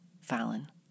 Fallon